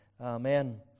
Amen